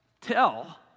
tell